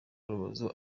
urubozo